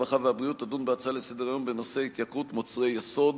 הרווחה והבריאות תדון בנושא: התייקרות מוצרי יסוד,